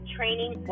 Training